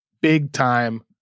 big-time